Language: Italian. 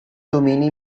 domini